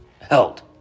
held